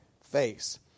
face